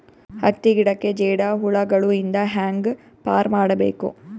ಹತ್ತಿ ಗಿಡಕ್ಕೆ ಜೇಡ ಹುಳಗಳು ಇಂದ ಹ್ಯಾಂಗ್ ಪಾರ್ ಮಾಡಬೇಕು?